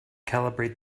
calibrate